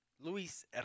Luis